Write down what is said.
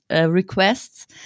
requests